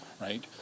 right